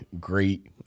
great